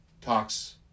talks